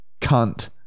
cunt